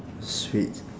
sweets